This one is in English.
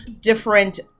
different